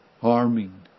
harming